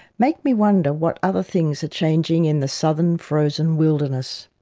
make me wonder what other things are changing in the southern frozen wilderness.